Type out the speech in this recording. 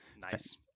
Nice